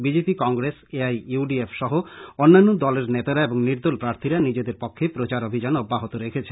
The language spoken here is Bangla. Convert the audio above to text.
বিজেপি কংগ্রেস এআইইউডিএফ সহ অন্যান্য দলের নেতারা এবং নির্দল প্রার্থীরা নিজেদের পক্ষে প্রচার অভিযান অব্যাহত রেখেছেন